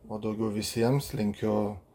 o daugiau visiems linkiu